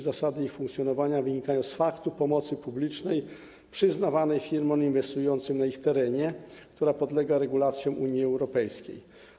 Zasady ich funkcjonowania wynikają z faktu pomocy publicznej przyznawanej firmom inwestującym na ich terenie, która podlega regulacjom Unii Europejskiej.